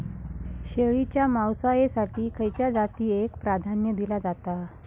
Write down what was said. शेळीच्या मांसाएसाठी खयच्या जातीएक प्राधान्य दिला जाता?